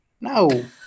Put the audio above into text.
No